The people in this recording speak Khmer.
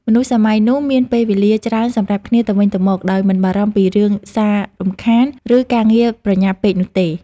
មនុស្សសម័យនោះមានពេលវេលាច្រើនសម្រាប់គ្នាទៅវិញទៅមកដោយមិនបារម្ភពីរឿងសាររំខាន ឬការងារប្រញាប់ពេកនោះទេ។